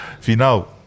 Final